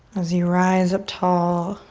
as you rise up tall,